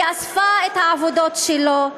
היא אספה את העבודות שלו,